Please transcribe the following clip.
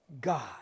God